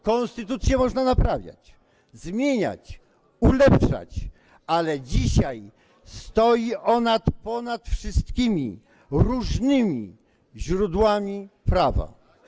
Konstytucję można naprawiać, zmieniać, ulepszać, ale dzisiaj stoi ona ponad wszystkimi różnymi źródłami prawa.